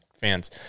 fans